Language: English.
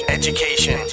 education